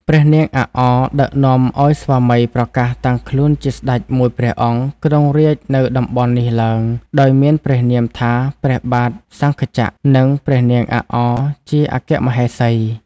ព្រះនាងអាក់អ ដឹកនាំឲ្យស្វាមីប្រកាសតាំងខ្លួនជាស្ដេចមួយព្រះអង្គ គ្រងរាជនៅតំបន់នេះឡើង ដោយមានព្រះនាមថា ព្រះបាទ "សង្ខចក្រ" និង ព្រះនាងអាក់អ ជាអគ្គមហេសី ។